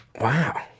Wow